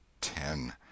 ten